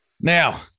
Now